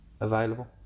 available